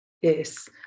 yes